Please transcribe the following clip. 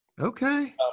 Okay